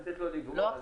לתת לו לגווע לבד.